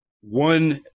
one